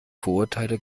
vorurteile